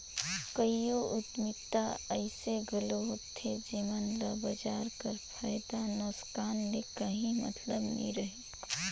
कइयो उद्यमिता अइसे घलो होथे जेमन ल बजार कर फयदा नोसकान ले काहीं मतलब नी रहें